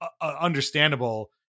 understandable